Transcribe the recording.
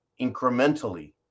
incrementally